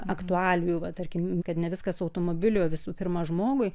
aktualijų va tarkim kad ne viskas automobiliui o visų pirma žmogui